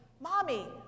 Mommy